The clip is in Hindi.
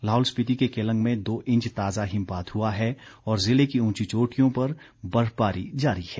लाहौल स्पीति के केलंग में दो इंच ताजा हिमपात हुआ है और जिले की उंची चोटियों पर बर्फबारी जारी है